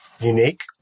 unique